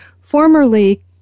formerly